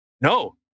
no